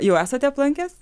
jau esate aplankęs